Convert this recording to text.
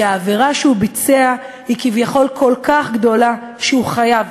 שהעבירה שהוא ביצע היא כביכול כל כך גדולה שהוא חייב,